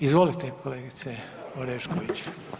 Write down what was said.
Izvolite kolegice Orešković.